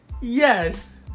yes